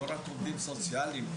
לא רק עובדים סוציאליים.